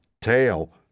tail